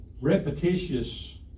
repetitious